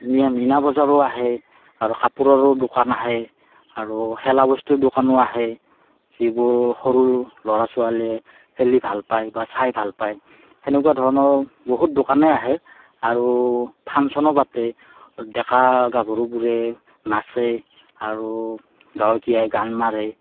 মি মিনা বজাৰো আহে আৰু কাপোৰৰো দোকান আহে আৰু খেলা বস্তুৰ দোকানো আহে যিবোৰ সৰু লৰা ছোৱালীয়ে খেলি ভাল পায় বা চাই ভাল পায় সেনেকুৱা ধৰণৰ বহুত দোকানেই আহে আৰু ফাংচনো পাতে ডেকা গাভৰুবোৰে নাচে আৰু গায়কীয়ে গান মাৰে